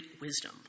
wisdom